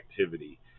activity